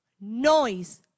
noise